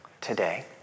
today